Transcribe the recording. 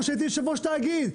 נטפל בזה,